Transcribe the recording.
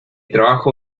trabajo